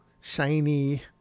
shiny